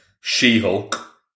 She-Hulk